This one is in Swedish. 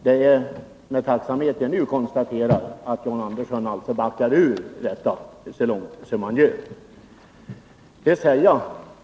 Det är med tacksamhet jag konstaterar att John Andersson nu backar så långt som han gör.